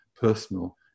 personal